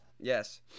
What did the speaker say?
Yes